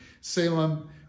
Salem